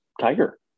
Tiger